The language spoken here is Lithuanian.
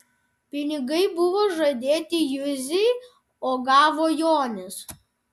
pinigai buvo žadėti juzei o gavo jonis